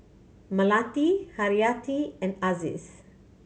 Melati Haryati and Aziz